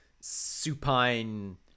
supine